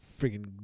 freaking